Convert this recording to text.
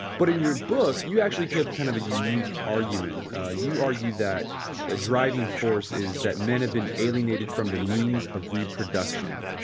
but in your book, you actually kept kind of unique argument you argue that the driving force is that men have been alienated from the means of reproduction,